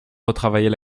retravailler